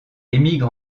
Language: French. émigre